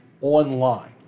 online